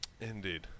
Indeed